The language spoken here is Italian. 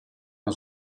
una